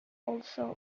also